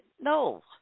No